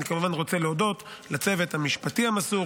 אני כמובן רוצה להודות לצוות המשפטי המסור